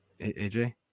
AJ